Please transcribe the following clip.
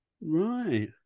Right